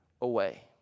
away